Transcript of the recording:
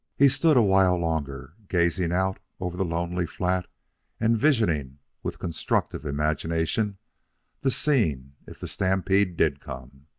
he stood a while longer, gazing out over the lonely flat and visioning with constructive imagination the scene if the stampede did come.